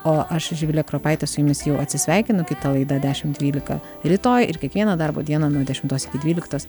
o aš živilė kropaitė su jumis jau atsisveikinu kita laida dešim dvylika rytoj ir kiekvieną darbo dieną nuo dešimtos iki dvyliktos